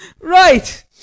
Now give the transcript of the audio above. Right